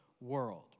world